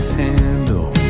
handle